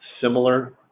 similar